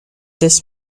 this